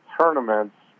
tournaments